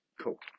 Cool